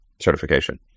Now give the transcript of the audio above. certification